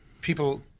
people